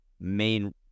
main